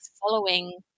following